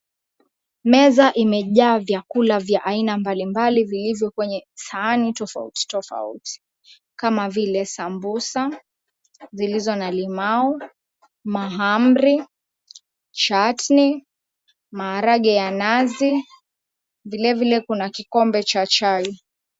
Meza imejaa vyakula vya aina mbalimbali zilizo kwenye sahani tofauti tofauti. Kama vile sambusa zilizo na limau, mahamri, chatni, maharagwe ya nazi. Vilevile kuna kikombe cha chai.